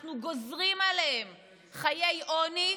אנחנו גוזרים עליהם חיי עוני.